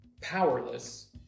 powerless